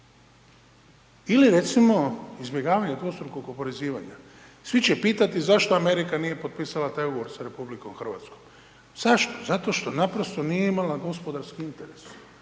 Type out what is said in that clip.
Ili recimo izbjegavanje dvostrukog oporezivanja, svi će pitati zašto Amerika nije potpisala taj ugovor s RH, zašto, zato što naprosto nije imala gospodarski interes,